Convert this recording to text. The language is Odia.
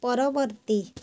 ପରବର୍ତ୍ତୀ